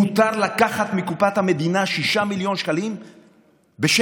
מותר לקחת מקופת המדינה 6 מיליון שקלים בשקט.